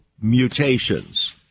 mutations